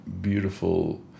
beautiful